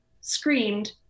screamed